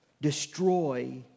Destroy